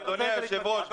אדוני היושב-ראש,